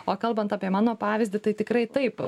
o kalbant apie mano pavyzdį tai tikrai taip